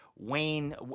Wayne